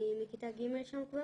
אני מכיתה ג' שם.